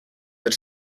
they